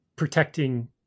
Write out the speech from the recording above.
protecting